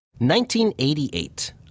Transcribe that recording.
1988